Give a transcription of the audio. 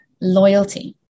loyalty